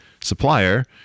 supplier